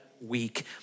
week